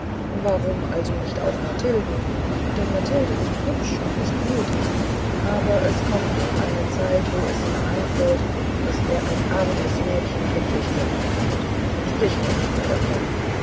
warum nicht also auch mathilden denn mathilde ist hübsch und ist gut aber es kommt doch eine zeit wo es ihm einfällt daß er ein armes mädchen glücklich gemacht hat sprich mir nicht mehr davon